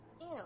Ew